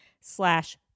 slash